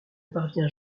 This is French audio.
parvient